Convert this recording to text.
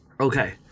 Okay